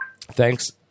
Thanks